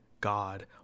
God